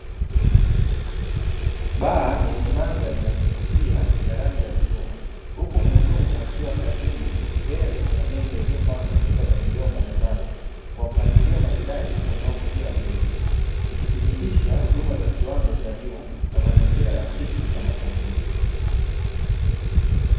Baa yenye mandhari ya kuvutia ya rangi ya bluu, huku muhudumu akiwa kazini mbele ya meza iliyopangwa chupa za vileo mbalimbali kwa mpangilio maridadi unao wavutia wateja, ikithibitisha huduma za kiwango cha juu na mazingira rafiki ya mapumziko.